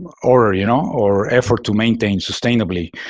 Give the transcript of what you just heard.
or, you know, or effort to maintain sustainably.